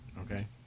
Okay